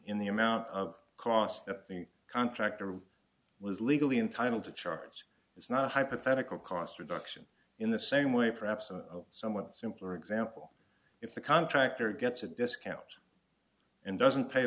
in the amount of cost at the contractor who was legally entitled to charge it's not a hypothetical cost reduction in the same way perhaps a somewhat simpler example if the contractor gets a discount and doesn't pay